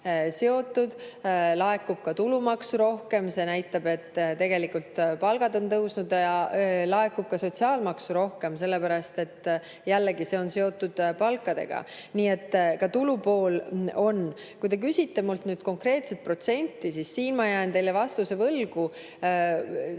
laekub tulumaksu rohkem ja see näitab, et tegelikult palgad on tõusnud, ning laekub ka sotsiaalmaksu rohkem, sellepärast et seegi on seotud palkadega. Nii et ka tulupool on. Kui te küsite mult konkreetset protsenti, siis siin ma jään teile vastuse võlgu.